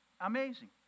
Amazing